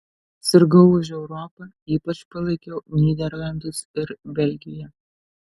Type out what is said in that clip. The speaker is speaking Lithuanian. sirgau už europą ypač palaikiau nyderlandus ir belgiją